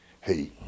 Hey